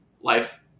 life